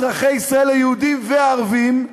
אזרחי ישראל היהודים והערבים,